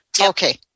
Okay